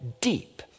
deep